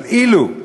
אבל אילו,